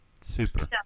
Super